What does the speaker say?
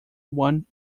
one